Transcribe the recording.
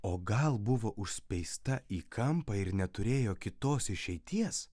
o gal buvo užspeista į kampą ir neturėjo kitos išeities